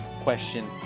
question